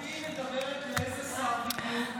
גברתי מדברת לאיזה שר בדיוק?